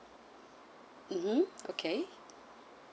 mmhmm okay